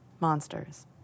Monsters